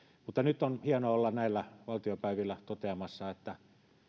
mutta nyt on hienoa olla näillä valtiopäivillä toteamassa että